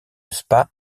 spa